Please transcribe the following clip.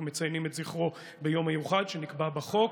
אנחנו מציינים את זכרו ביום מיוחד שנקבע בחוק,